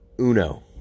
Uno